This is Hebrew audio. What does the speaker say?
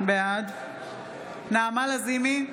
בעד נעמה לזימי,